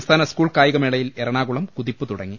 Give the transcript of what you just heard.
സംസ്ഥാന സ്കൂൾ കായികമേളയിൽ എറണാകുളം കുതിപ്പ് തുടങ്ങി